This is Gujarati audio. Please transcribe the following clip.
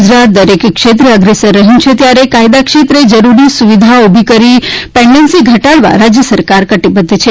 ગુજરાત દરેક ક્ષેત્રે અપ્રેસર રહ્યું છે ત્યારે કાયદાક્ષેત્રે જરૂરી સુવિધાઓ ઉભી કરી પેન્ડેન્સી ઘટાડવા રાજ્ય સરકાર કટિબધ્ધ છે